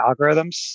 algorithms